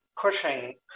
pushing